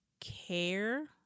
care